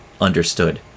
understood